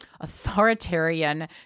authoritarian